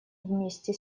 вместе